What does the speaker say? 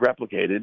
replicated